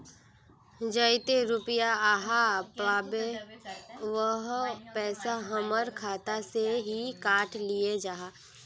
जयते रुपया आहाँ पाबे है उ पैसा हमर खाता से हि काट लिये आहाँ?